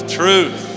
truth